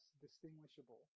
distinguishable